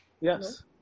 Yes